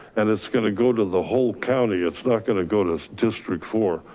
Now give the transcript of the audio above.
and it's gonna go to the whole county, it's not gonna go to district four.